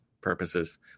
purposes